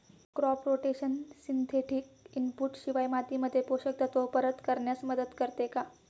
Crop rotation synthetic input शिवाय मातीमध्ये पोषक तत्त्व परत करण्यास मदत करते का?